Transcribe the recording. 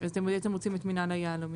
אז בעצם אתם רוצים את מינהל היהלומים.